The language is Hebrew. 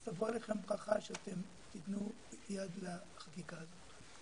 תבוא עליכם ברכה שתתנו יד לחקיקה הזאת.